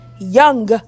young